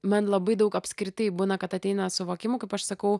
man labai daug apskritai būna kad ateina suvokimų kaip aš sakau